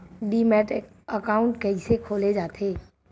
Demat account कइसे खोले जाथे?